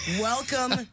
Welcome